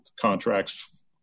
contracts